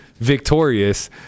victorious